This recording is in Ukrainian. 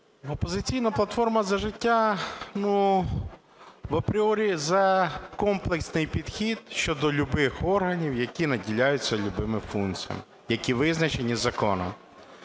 "Опозиційна платформа – За життя", ну, апріорі за комплексний підхід щодо любих органів, які наділяються любими функціями, які визначені законом.